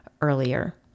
earlier